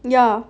yeah